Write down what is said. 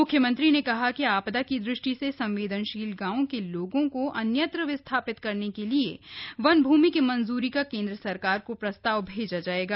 मुख्यमंत्री ने कहा कि आपदा की दृष्टि से संवेदनशील गांवों के लोगों को अन्यत्र विस्थापित करने के लिए वन भूमि की मंजूरी का केन्द्र सरकार को प्रस्ताव भेजा जायेगा